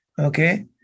Okay